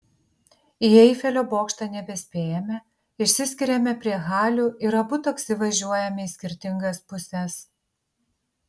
į eifelio bokštą nebespėjame išsiskiriame prie halių ir abu taksi važiuojame į skirtingas puses